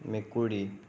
মেকুৰী